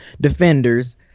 defenders